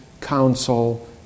Council